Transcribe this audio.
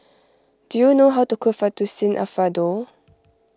do you know how to cook Fettuccine Alfredo